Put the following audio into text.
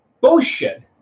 bullshit